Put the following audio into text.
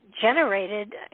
Generated